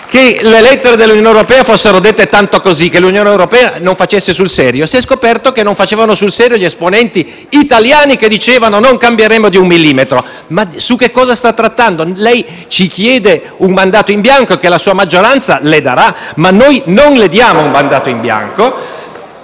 che le lettere dell'Unione europea fossero dette così per dire e che essa non facesse sul serio, si è scoperto poi che non facevano sul serio gli esponenti italiani, che dicevano «non cambieremo di un millimetro». Su che cosa sta trattando? Lei ci chiede un mandato in bianco che la sua maggioranza le darà, ma noi non le daremo un mandato in bianco.